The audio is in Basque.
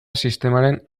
sistemaren